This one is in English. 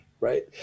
right